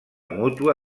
mútua